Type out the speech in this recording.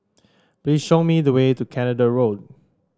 please show me the way to Canada Road